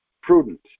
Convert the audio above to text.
prudent